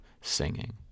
singing